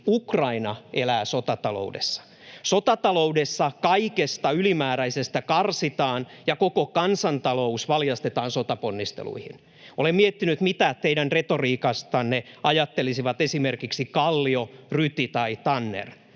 Ukraina elää sotataloudessa. Sotataloudessa kaikesta ylimääräisestä karsitaan ja koko kansantalous valjastetaan sotaponnisteluihin. Olen miettinyt, mitä teidän retoriikastanne ajattelisivat esimerkiksi Kallio, Ryti tai Tanner.